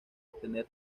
obtener